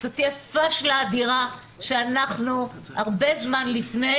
זו תהיה פשלה אדירה שאנחנו הרבה זמן לפני